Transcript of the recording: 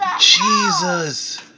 Jesus